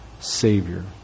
Savior